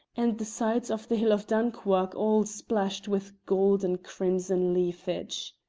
and the sides of the hill of dunchuach all splashed with gold and crimson leafage.